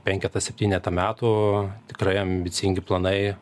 penketą septynetą metų tikrai ambicingi planai